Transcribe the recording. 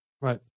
Right